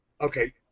Okay